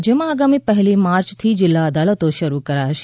રાજ્યમાં આગામી પહેલી માર્ચથી જિલ્લા અદાલતો શરૂ કરાશે